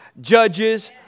Judges